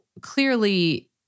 clearly